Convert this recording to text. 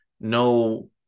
no